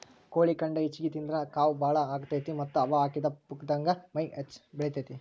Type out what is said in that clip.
ಕೋಳಿ ಖಂಡ ಹೆಚ್ಚಿಗಿ ತಿಂದ್ರ ಕಾವ್ ಬಾಳ ಆಗತೇತಿ ಮತ್ತ್ ಹವಾ ಹಾಕಿದ ಪುಗ್ಗಾದಂಗ ಮೈ ಹೆಚ್ಚ ಬೆಳಿತೇತಿ